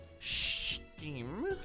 Steam